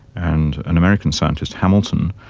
and an american scientist, hamilton,